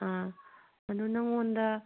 ꯑꯥ ꯑꯗꯨ ꯅꯉꯣꯟꯗ